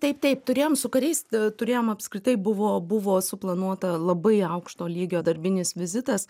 taip taip turėjom su kuriais turėjom apskritai buvo buvo suplanuota labai aukšto lygio darbinis vizitas